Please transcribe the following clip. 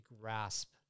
grasp